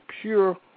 pure